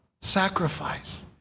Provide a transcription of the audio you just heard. sacrifice